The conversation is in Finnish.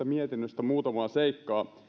mietinnöstä muutamaa seikkaa